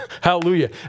hallelujah